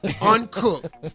uncooked